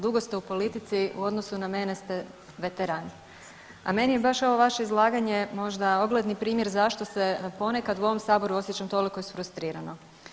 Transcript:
Dugo ste u politici u odnosu na mene ste veteran, a meni je baš ovo vaše izlaganje možda ogledni primjer zašto se ponekad u ovom saboru osjećam toliko isfrustrirano.